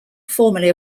formerly